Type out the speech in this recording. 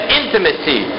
intimacy